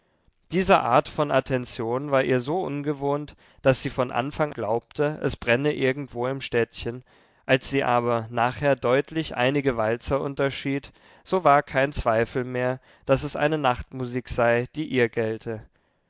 diese art von attention war ihr so ungewohnt daß sie von anfang glaubte es brenne irgendwo im städtchen als sie aber nachher deutlich einige walzer unterschied so war kein zweifel mehr daß es eine nachtmusik sei die ihr gelte